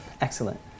Excellent